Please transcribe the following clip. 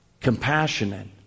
compassionate